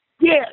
Yes